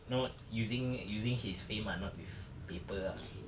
know using using his fame ah not with paper ah